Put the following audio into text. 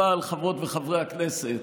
אבל, חברות וחברי הכנסת,